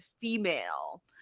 female